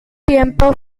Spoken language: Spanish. tiempo